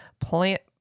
plant